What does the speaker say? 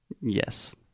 Yes